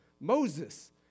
Moses